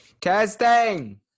Testing